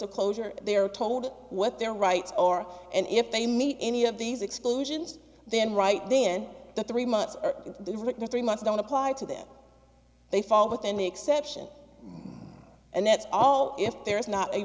of closure they are told what their rights or and if they meet any of these exclusions then right then the three months or three months don't apply to them they fall within the exception and that's all if there is not a